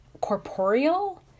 corporeal